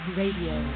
radio